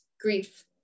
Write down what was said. grief